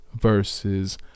versus